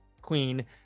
queen